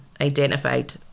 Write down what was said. identified